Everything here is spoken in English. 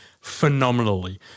phenomenally